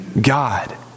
God